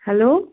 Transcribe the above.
hello